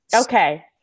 okay